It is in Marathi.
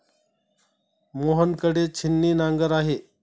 मोहन कडे छिन्नी नांगर आहे